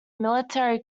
military